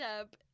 up